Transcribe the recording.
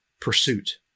pursuit